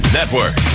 Network